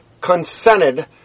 consented